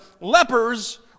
lepers